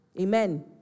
Amen